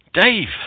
Dave